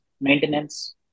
maintenance